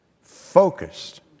focused